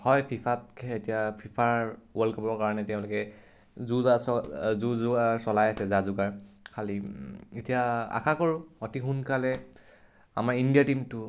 হয় ফিফাত এতিয়া ফিফাৰ ৱৰ্ল্ড কাপৰ কাৰণে তেওঁলোকে যো জা যো জা চলাই আছে যা যোগাৰ খালী এতিয়া আশা কৰোঁ অতি সোনকালে আমাৰ ইণ্ডিয়াৰ টীমটো